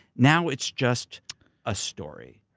now it's just a story.